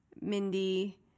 Mindy